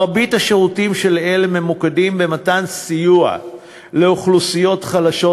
מרבית השירותים של אלה ממוקדים במתן סיוע לאוכלוסיות חלשות,